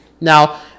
now